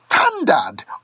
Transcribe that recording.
standard